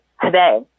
today